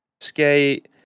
Skate